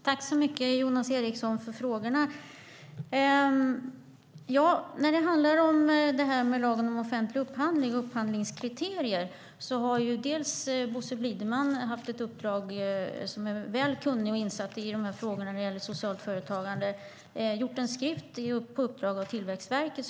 Herr talman! Tack, Jonas Eriksson, för frågorna! När det handlar om lagen om offentlig upphandling och upphandlingskriterier har Bosse Blideman, som är väl kunnig och insatt i frågorna om socialt företagande, gjort en skrift på uppdrag av Tillväxtverket.